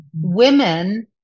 women